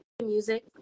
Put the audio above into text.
music